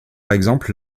exemple